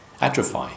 atrophy